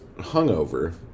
hungover